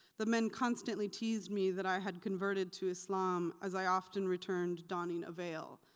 the men constantly teased me that i had converted to islam as i often returned donning a veil,